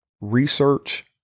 research